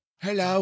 Hello